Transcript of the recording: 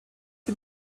die